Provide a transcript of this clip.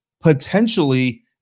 potentially